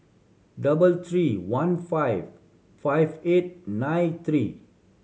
double three one five five eight nine three